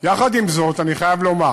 יחד עם זאת, אני חייב לומר